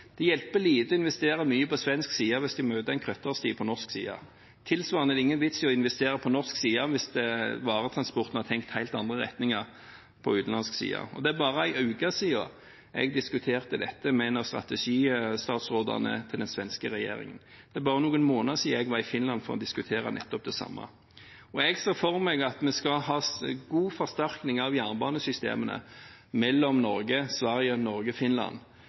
Det hjelper lite å investere mye på svensk side hvis de møter en krøttersti på norsk side. Tilsvarende er det ingen vits i å investere på norsk side hvis en for varetransporten har tenkt i helt andre retninger på utenlandsk side. Det er bare en uke siden jeg diskuterte dette med en av strategistatsrådene til den svenske regjeringen, og det er bare noen måneder siden jeg var i Finland for å diskutere nettopp det samme. Jeg ser for meg at vi skal ha god forsterkning av jernbanesystemene mellom Norge, Sverige og Finland